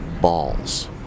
balls